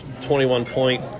21-point